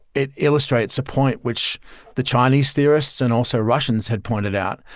it illustrates a point which the chinese theorists and also russians had pointed out,